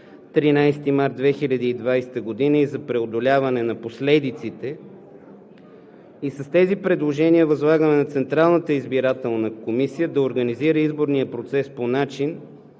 13 март 2020 г., и за преодоляване на последиците. С тези предложения възлагаме на Централната избирателна комисия да организира изборния процес по начин,